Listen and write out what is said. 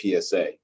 PSA